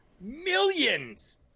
millions